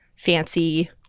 fancy